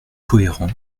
cohérent